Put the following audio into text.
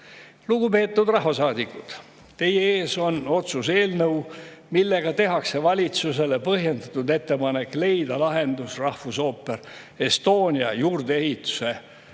Lugupeetud rahvasaadikud! Teie ees on otsuse eelnõu, millega tehakse valitsusele põhjendatud ettepanek leida lahendus Rahvusooper Estonia juurdeehituse